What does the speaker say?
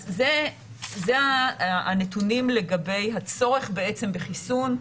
אז אלה הנתונים לגבי הצורך בעצם בחיסון.